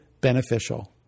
beneficial